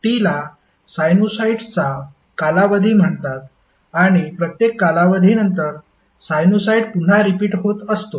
T ला साइनुसॉईड्सचा कालावधी म्हणतात आणि प्रत्येक कालावधीनंतर साइनुसॉईड पुन्हा रिपीट होत असतो